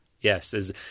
Yes